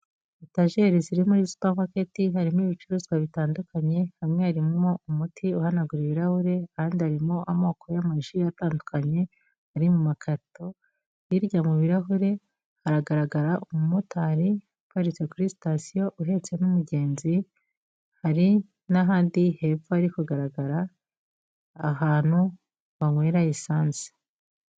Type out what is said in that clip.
Etajeri ziri muri supermarket, hamwe harimo ibicuruzwa bitandukanye, hamwe harimo umuti uhanagura ibirahure, ahandi harimo amoko y'amaji atandukanye ari mu makarito, hirya mu birarahure hagaragara umumotari uparitse kuri sitasiyo uhetse n'umugenzi, hari n'ahandi hepfo hari kugaragara ahantu banywera esanse.